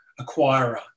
acquirer